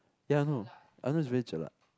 ya I know I know it's very jelak